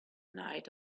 night